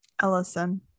Ellison